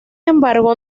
embargo